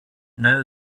know